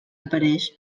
apareix